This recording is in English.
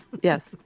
Yes